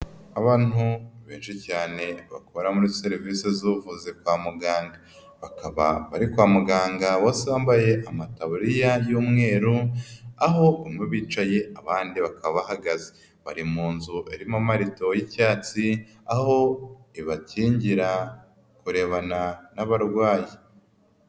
Abantu benshi cyane bakora muri serivisi z'ubuvuzi kwa muganga, bakaba bari kwa muganga bose bambaye amatabariya y'umweru, aho umwe bicaye, abandi baka bari mu nzu harimo amarido y'icyatsi, aho ibakingira kurebana n'abarwayi.